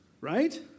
right